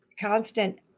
constant